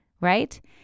right